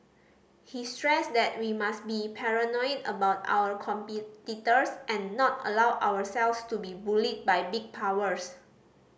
he stressed that we must be paranoid about our competitors and not allow ourselves to be bullied by big powers